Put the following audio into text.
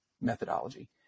methodology